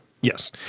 yes